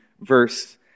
verse